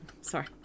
Sorry